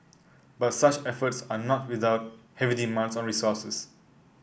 but such efforts are not without heavy demands on resources